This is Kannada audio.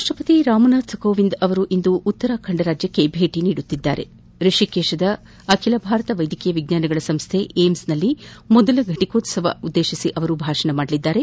ರಾಷ್ಟ ಪತಿ ರಾಮನಾಥ್ ಕೋವಿಂದ್ ಅವರು ಇಂದು ಉತ್ತರಾಖಂಡ್ ರಾಜ್ಯಕ್ಕೆ ಭೇಟಿ ನೀದಲಿದ್ದು ರಿಷಿಕೇಶದ ಅಖಿಲ ಭಾರತ ವೈದ್ಯಕೀಯ ವಿಜ್ಞಾನಗಳ ಸಂಸ್ಡೆ ಏಮ್ಸ್ನ ಮೊದಲ ಘಟಿಕೋತ್ಸವ ಉದ್ದೇಶಿಸಿ ಭಾಷಣ ಮಾಡಲಿದ್ದಾರೆ